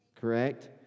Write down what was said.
correct